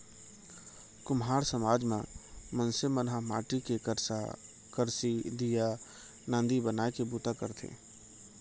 कुम्हार समाज म मनसे मन ह माटी के करसा, करसी, दीया, नांदी बनाए के बूता करथे